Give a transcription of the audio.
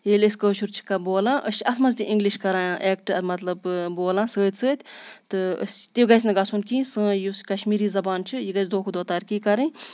ییٚلہِ أسۍ کٲشُر چھِ کانٛہہ بولان أسۍ چھِ اَتھ منٛز تہِ اِنگلش کَران ایکٹ مطلب بولان سۭتۍ سۭتۍ تہٕ أسۍ تہِ گژھِ نہٕ گژھُن کِہیٖنۍ سٲنۍ یُس کَشمیٖری زبان چھِ یہِ گژھِ دۄہ کھۄتہٕ دۄہ ترقی کَرٕنۍ